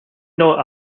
know